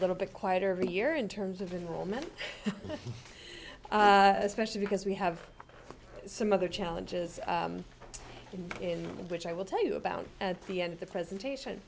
little bit quieter every year in terms of renewal many especially because we have some other challenges in in which i will tell you about at the end of the presentation